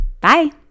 Bye